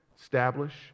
establish